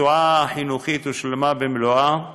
הרצועה החינוכית הושלמה במלואה.